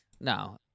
No